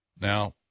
Now